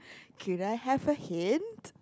could I have a hint